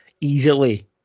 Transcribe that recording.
easily